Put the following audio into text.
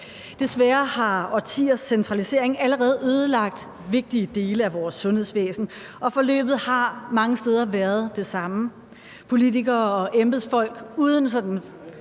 Desværre har årtiers centralisering allerede ødelagt vigtige dele af vores sundhedsvæsen, og forløbet har mange steder været det samme. Politikere og embedsfolk uden sådan